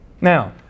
Now